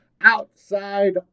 outside